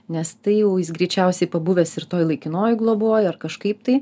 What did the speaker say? nes tai jau jis greičiausiai pabuvęs ir toj laikinoj globoj ar kažkaip tai